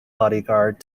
bodyguard